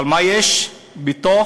אבל מה יש בתוך